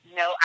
no